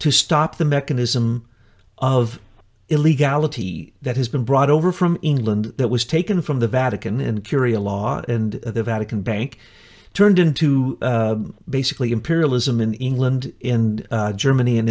to stop the mechanism of illegality that has been brought over from england that was taken from the vatican and curia law and the vatican bank turned into basically imperialism in england in germany and